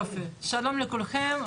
שלום לכולם,